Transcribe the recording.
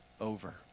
over